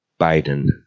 Biden